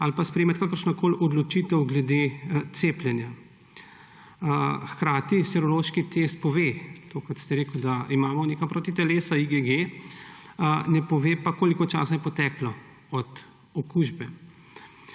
ali pa sprejemati kakršnokoli odločitev glede cepljenja. Hkrati serološki test pove, tako kot ste rekli, da imamo neka protitelesa IgG, ne pove pa, koliko časa je poteklo od okužbe.